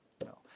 No